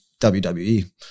WWE